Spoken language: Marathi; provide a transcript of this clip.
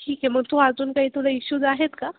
ठीक आहे मग तू अजून काही तुला इश्यूज आहेत का